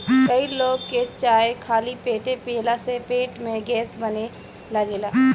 कई लोग के चाय खाली पेटे पियला से पेट में गैस बने लागेला